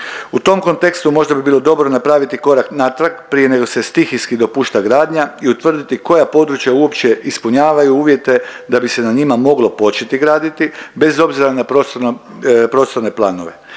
U tom kontekstu možda bi bilo dobro napraviti korak natrag prije nego se stihijski dopušta gradnja i utvrditi koja područja uopće ispunjavaju uvjete da bi se na njima moglo početi graditi bez obzira na prostorne planove